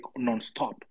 nonstop